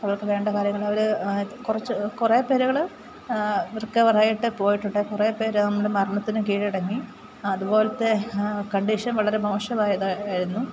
അവർക്കു വേണ്ട കാര്യങ്ങൾ അവർ കുറച്ചു കുറേ പേരുകൾ റിക്കവറായിട്ടു പോയിട്ടുണ്ട് കുറേ പേർ അങ്ങു മരണത്തിനും കീഴടങ്ങി അതുപോലത്തെ കണ്ടീഷൻ വളരെ മോശമായതായിരുന്നു